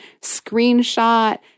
screenshot